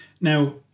Now